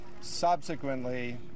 subsequently